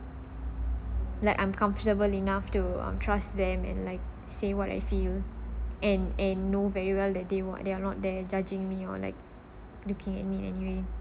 like I'm comfortable enough to um trust them and like say what I feel and and know very well that they what they are not there judging me or like looking at me anyway